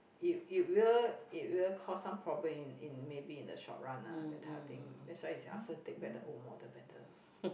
it it will it will cause some problem in in maybe in the short run ah that type of thing that's why ask her take back the old model better